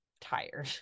tired